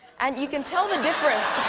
and you can tell the difference.